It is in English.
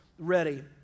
ready